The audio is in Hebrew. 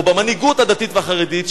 או במנהיגות הדתית והחרדית,